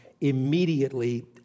immediately